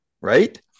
right